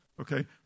okay